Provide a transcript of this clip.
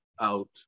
out